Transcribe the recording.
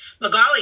magali